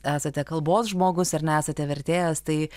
esate kalbos žmogus ar ne esate vertėjas tai